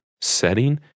setting